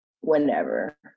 whenever